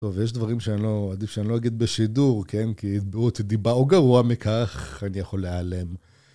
טוב, ויש דברים שאני לא... עדיף שאני לא אגיד בשידור, כן? כי יתבעו אותי דיבה או גרוע מכך, אני יכול להעלם.